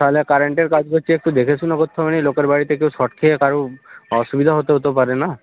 তাহলে কারেন্টের কাজ করছে একটু দেখে শুনে করতে হবে না লোকের বাড়িতে কেউ শক খেয়ে কারুর অসুবিধাও তো হতে পারে না